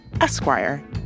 Esquire